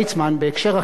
שזה כמו נגר,